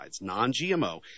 non-GMO